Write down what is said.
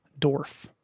dwarf